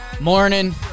Morning